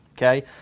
Okay